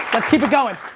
let's keep it going.